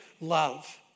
love